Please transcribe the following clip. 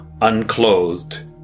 unclothed